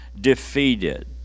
defeated